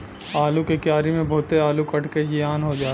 आलू के क्यारी में बहुते आलू कट के जियान हो जाला